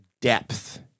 depth